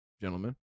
gentlemen